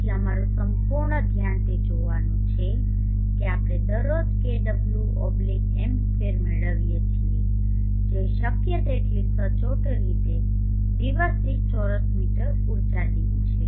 તેથી અમારું સંપૂર્ણ ધ્યાન તે જોવાનું છે કે આપણે દરરોજ kWm2 મેળવીએ છીએ જે શક્ય તેટલી સચોટ રીતે દિવસ દીઠ ચોરસ મીટર દીઠ ઊર્જા છે